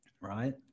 right